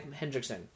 Hendrickson